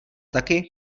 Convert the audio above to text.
taky